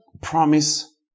promise